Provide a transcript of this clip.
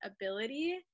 ability